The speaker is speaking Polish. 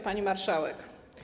Pani Marszałek!